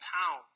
town